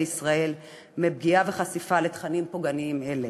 ישראל מפגיעה וחשיפה לתכנים פוגעניים אלה.